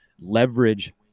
leverage